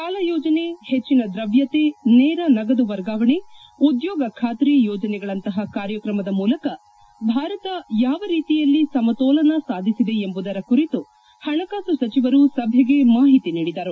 ಸಾಲ ಯೋಜನೆ ಹೆಚ್ಚಿನ ದ್ರವ್ಯತೆ ನೇರ ನಗದು ವರ್ಗಾವಣೆ ಉದ್ಯೋಗ ಖಾತ್ರಿ ಯೋಜನೆಗಳಂತಹ ಕಾರ್ಯಕ್ರಮದ ಮೂಲಕ ಭಾರತ ಯಾವ ರೀತಿಯಲ್ಲಿ ಸಮತೋಲನ ಸಾಧಿಸಿದೆ ಎಂಬುದರ ಕುರಿತು ಹಣಕಾಸು ಸಚಿವರು ಸಭೆಗೆ ಮಾಹಿತಿ ನೀಡಿದರು